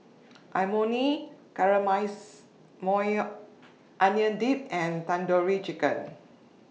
Imoni Caramelized Maui Onion Dip and Tandoori Chicken